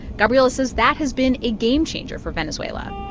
gabriela says that has been a game-changer for venezuela.